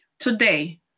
Today